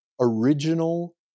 original